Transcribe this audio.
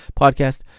podcast